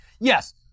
yes